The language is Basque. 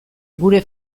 gure